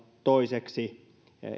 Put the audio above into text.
toiseksi